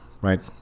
right